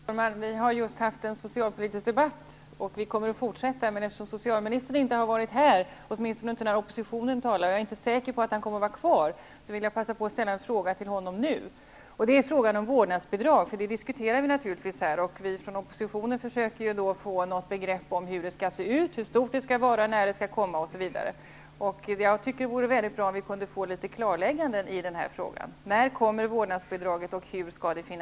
Fru talman! Vi har här just haft en socialpolitisk debatt, som vi kommer att fortsätta med. Men eftersom socialministern inte har varit närvarande -- åtminstone inte när vi från oppositionen talade -- och jag inte är säker på att han kommer att vara kvar, vill jag passa på att ställa en fråga om vårdnadsbidraget till honom nu. Vi har naturligtvis diskuterat den frågan, och vi från oppositionen försöker att få något begrepp om hur vårdnadsbidraget skall konstrueras, hur stort det skall vara, när det skall införas osv. Jag tycker att det vore väldigt bra med några klarlägganden i den här frågan.